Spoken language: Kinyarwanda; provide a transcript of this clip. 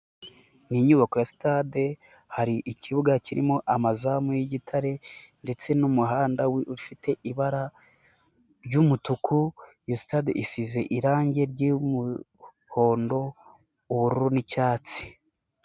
Ni inyubako ya sitade, hari ikibuga kirimo amazamu y'igitare ndetse n'umuhanda ufite ibara ry'umutuku, iyo sitade isize irangi ry'umuhondo, ubururu n'icyatsi.